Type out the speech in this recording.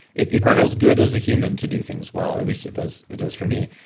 it it feels good as a human to do things well, at least it does it does for me.